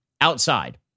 outside